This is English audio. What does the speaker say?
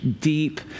deep